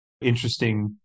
interesting